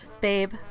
babe